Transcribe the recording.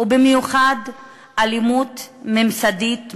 ובמיוחד אלימות ממסדית,